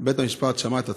בית המשפט שמע את הצד,